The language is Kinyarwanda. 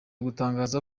gutangaza